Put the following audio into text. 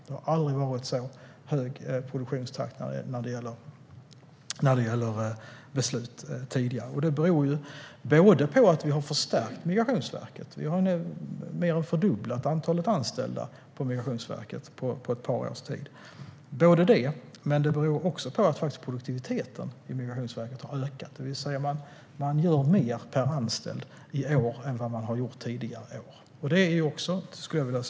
Det har aldrig varit en så hög produktionstakt när det gäller beslut tidigare, och det beror både på att vi har förstärkt Migrationsverket och mer än fördubblat antalet anställda på ett par års tid och på att produktiviteten vid Migrationsverket har ökat. Man gör alltså mer per anställd än vad man har gjort tidigare år, och det är också väldigt viktigt.